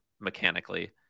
mechanically